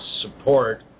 support